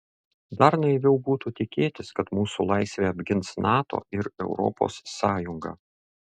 dar naiviau būtų tikėtis kad mūsų laisvę apgins nato ir europos sąjunga